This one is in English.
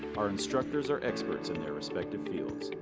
our instructors are experts in their respected fields,